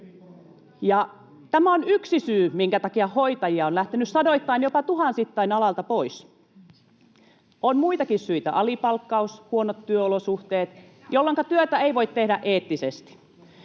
Tämä on yksi syy, minkä takia hoitajia on lähtenyt sadoittain, jopa tuhansittain alalta pois. On muitakin syitä: alipalkkaus ja huonot työolosuhteet, jolloinka työtä ei voi tehdä eettisesti.